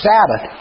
Sabbath